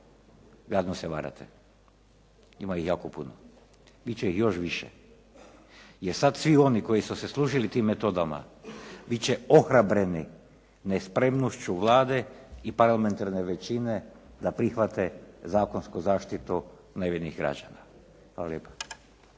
gadno se varate. Ima ih jako puno. Bit će ih još više. Jer sad svi oni koji su se služili tim metodama bit će ohrabreni nespremnošću Vlade i parlamentarne većine da prihvate zakonsku zaštitu nevinih građana. Hvala lijepa.